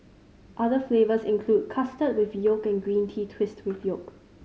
other flavours include custard with yolk and green tea twist with yolk